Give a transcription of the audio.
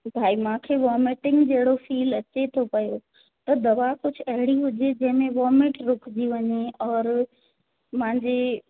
भाई मूंखे वॉमिटिंग जहिड़ो फील अचे थो पियो त दवा कुझु अहिड़ी हुजे जंहिंमें वॉमिट रुकिजी वञे और मुंहिंजी